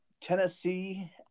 Tennessee